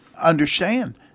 understand